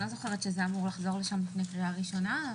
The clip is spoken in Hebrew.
אני לא זוכרת שזה אמור לחזור לשם לפני הקריאה הראשונה.